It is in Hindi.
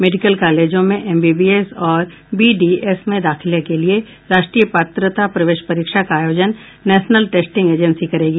मेडिकल कॉलेजों में एमबीबीएस और बीडीएस में दाखिले के लिए राष्ट्रीय पात्रता प्रवेश परीक्षा का आयोजन नेशलन टेस्टिंग एजेंसी करेगी